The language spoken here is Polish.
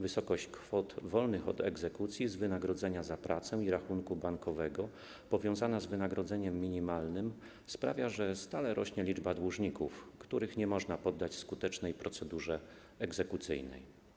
Wysokość kwot wolnych od egzekucji z wynagrodzenia za pracę i rachunku bankowego powiązana z wynagrodzeniem minimalnym sprawia, że stale rośnie liczba dłużników, których nie można poddać skutecznej procedurze egzekucyjnej.